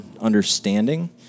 understanding